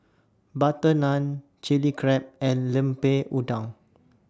Butter Naan Chilli Crab and Lemper Udang